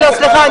סליחה,